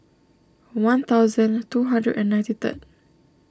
one thousand two hundred and ninety third